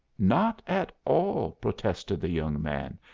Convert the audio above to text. not at all, protested the young man.